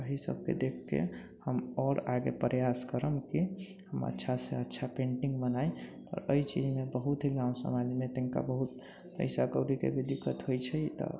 एहि सबके देख के हम आओर आगे प्रयास करब की हम अच्छा से अच्छा पेन्टिंग बनाए आओर एहि चीज मे बहुत ही गाँव समाज मे तनिका बहुत पैसा कौड़ी के भी दिक्कत होइ छै तऽ